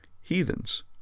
heathens